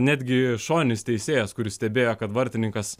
netgi šoninis teisėjas kuris stebėjo kad vartininkas